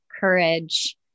Courage